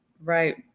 right